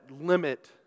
limit